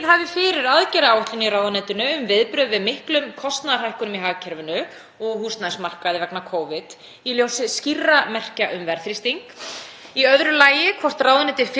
Í öðru lagi: Fylgist ráðuneytið með áhrifum hraðra vaxtabreytinga á greiðslubyrði fólks í viðkvæmri stöðu og ungs fólks og hvaða greiningarvinna liggur þar nákvæmlega að